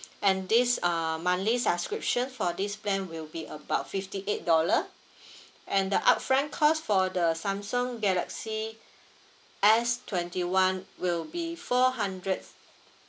and this err monthly subscription for this plan will be about fifty eight dollar and the upfront cost for the samsung galaxy S twenty one will be four hundred